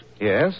Yes